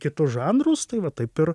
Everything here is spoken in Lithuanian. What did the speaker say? kitus žanrus tai va taip ir